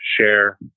share